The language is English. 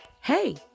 Hey